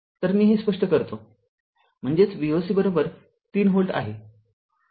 तर मी हे स्पष्ट करतो म्हणजेच V o c ३ व्होल्ट आहे